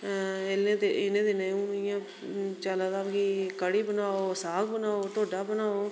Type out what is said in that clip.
इनें दिनें हून इयां चला दा कि कढ़ी बनाओ साग बनाओ ढोडा बनाओ